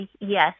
yes